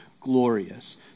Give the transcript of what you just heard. glorious